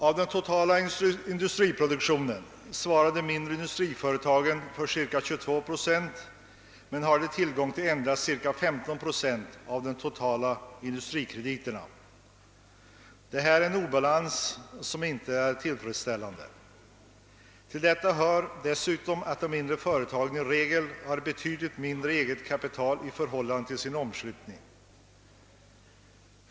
Av den totala industriproduktionen svarade de mindre företagen för cirka 22 procent men hade tillgång endast till cirka 15 procent av de totala industrikrediterna. Detta är en obalans som inte är tillfredsställande. Till detta hör dessutom att de mindre företagen i regel har betydligt mindre eget kapital i förhållande till sin omslutning.